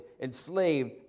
enslaved